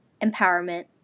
empowerment